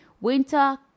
winter